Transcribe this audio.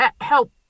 help